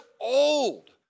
old